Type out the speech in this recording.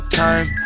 time